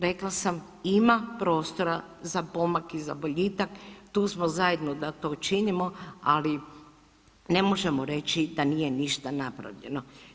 Rekla sam, ima prostora za pomak i za boljitak, tu smo zajedno da to činimo, ali ne možemo reći da nije ništa napravljeno.